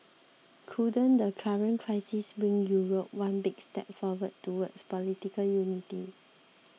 couldn't the current crisis bring Europe one big step forward towards political unity